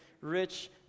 rich